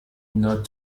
not